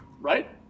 right